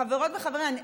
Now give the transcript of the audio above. חברות וחברים,